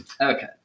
Okay